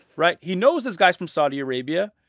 right? he knows this guy's from saudi arabia.